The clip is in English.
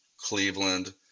Cleveland